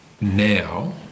now